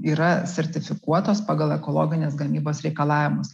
yra sertifikuotos pagal ekologinės gamybos reikalavimus